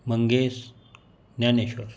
Mangesh Dnyaneshwar